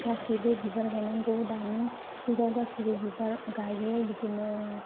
गासैबो बिबार गाइनांगौ दानि जुगाव गासिबो बिबार गायो बिदिनो